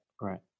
right